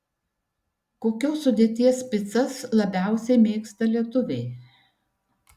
kokios sudėties picas labiausiai mėgsta lietuviai